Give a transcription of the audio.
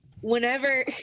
whenever